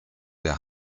der